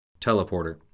Teleporter